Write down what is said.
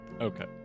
Okay